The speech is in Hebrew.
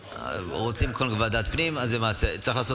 רוצים גם לוועדת הפנים, אז למעשה צריך לעשות